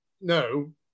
No